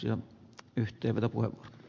arvoisa puhemies